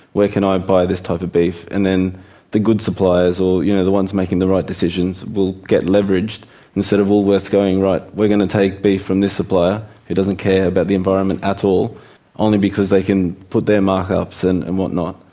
where can i buy this type of beef? and then the good suppliers or you know the ones making the right decisions will get leveraged instead of woolworths going, right, we're going to take beef from this supplier who doesn't care about the environment at all only because they can put their mark-ups and and whatnot.